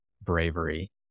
bravery